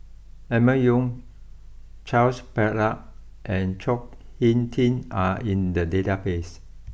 Emma Yong Charles Paglar and Chao Hick Tin are in the databases